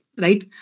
right